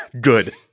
Good